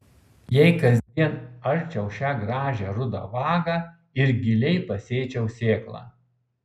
jei kasdien arčiau šią gražią rudą vagą ir giliai pasėčiau sėklą